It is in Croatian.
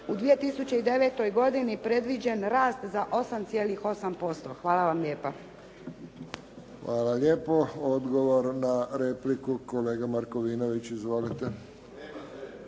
u 2009. godini predviđen rast za 8,8%. Hvala vam lijepa. **Friščić, Josip (HSS)** Hvala lijepo. Odgovor na repliku, kolega Markovinović. Izvolite.